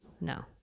No